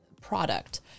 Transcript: product